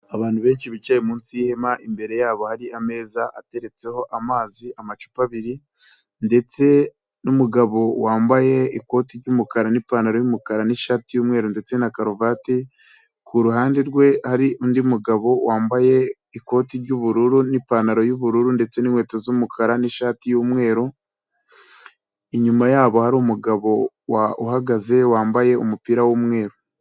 Abantu benshi bicaye munsi y'ihema imbere yabo hari ameza ateretseho amazi, amacupa abiri ndetse n'umugabo wambaye ikoti ry'umukara n'ipantaro y'umukara n'ishati y'umweru ndetse na karuvati, ku ruhande rwe hari undi mugabo wambaye ikoti ry'ubururu n'ipantaro y'ubururu ndetse n'inkweto z'umukara n'ishati y'umweru, inyuma yabo hari umugabo uhagaze wambaye umupira w'umweru.